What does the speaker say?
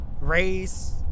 race